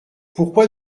pourquoi